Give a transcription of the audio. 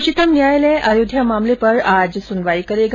उच्चतम न्यायालय अयोध्या मामले पर आज सुनवाई करेगा